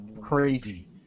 crazy